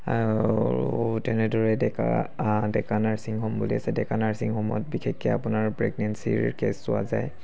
আৰু তেনেদৰে Deka Deka nursing home বুলি আছে ডেকা নাৰ্ছিং হ'মত বিশেষকৈ আপোনাৰ প্ৰেগনেঞ্চিৰ কে'ছ চোৱা যায়